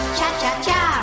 Cha-cha-cha